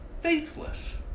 faithless